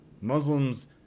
Muslims